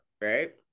right